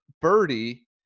birdie